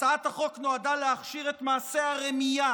הצעת החוק נועדה להכשיר את מעשה הרמייה